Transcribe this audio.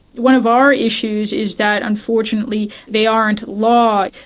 one of our issues is that unfortunately they aren't law.